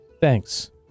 Thanks